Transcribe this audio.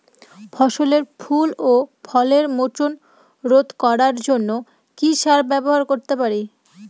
ফসলের ফুল ও ফলের মোচন রোধ করার জন্য কি সার ব্যবহার করতে পারি?